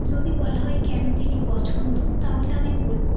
যদি বলা হয় কেন তিনি পছন্দ তাহলে আমি বলব